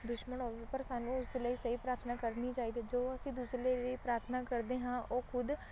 ਦੁਸ਼ਮਣ ਹੋਵੇ ਪਰ ਸਾਨੂੰ ਉਸ ਲਈ ਸਹੀ ਪ੍ਰਾਰਥਨਾ ਕਰਨੀ ਚਾਹੀਦੀ ਜੋ ਅਸੀਂ ਦੂਸਰੇ ਲਈ ਪ੍ਰਾਰਥਨਾ ਕਰਦੇ ਹਾਂ ਉਹ ਖੁਦ